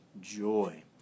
joy